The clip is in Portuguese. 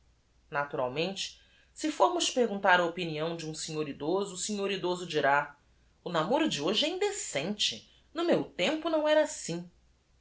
aturalmente se formos perguntar a opinião de u m senhor idoso o senhor idoso dirá namoro de hoje é indecente o meu tempo não era assim